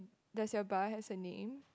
does your bar has a name